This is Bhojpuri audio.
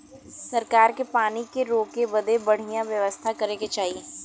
सरकार के पानी के रोके बदे बढ़िया व्यवस्था करे के चाही